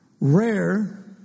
rare